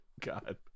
God